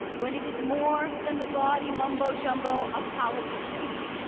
when it is more than the gaudy mumbo jumbo of politicians